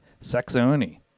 Saxony